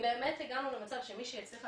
אם באמת הגענו למצב שמישהי הצליחה